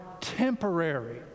temporary